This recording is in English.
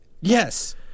Yes